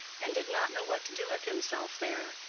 and did not know what to do with himself there,